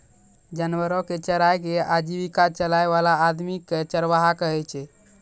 जानवरो कॅ चराय कॅ आजीविका चलाय वाला आदमी कॅ चरवाहा कहै छै